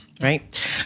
right